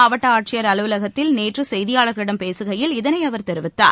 மாவட்ட ஆட்சியர் அலுவலகத்தில் நேற்றுசெய்தியாளர்களிடம் பேசுகையில் இதனைஅவர் தெரிவித்தார்